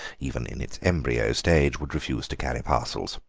even in its embryo stage, would refuse to carry parcels.